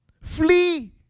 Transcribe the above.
Flee